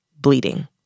Bleeding